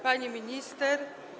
Pani Minister!